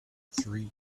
three